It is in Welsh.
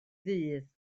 ddydd